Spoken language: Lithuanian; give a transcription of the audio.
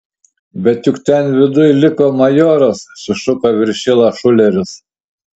bet juk ten viduj liko majoras sušuko viršila šuleris